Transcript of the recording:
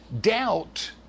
Doubt